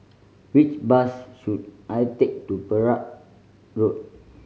which bus should I take to Perak Road